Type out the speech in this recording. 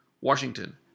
Washington